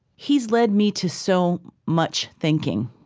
he's led me to so much thinking.